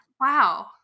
wow